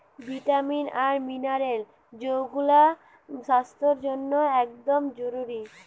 vitamin আর mineral যৌগুলা স্বাস্থ্যের জন্যে একদম জরুরি